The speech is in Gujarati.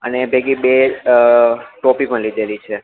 અને ભેગી બેગ ટોપી પણ લીધેલી છે